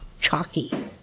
chalky